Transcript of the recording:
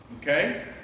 Okay